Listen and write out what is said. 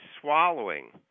swallowing